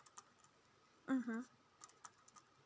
mmhmm